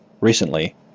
Recently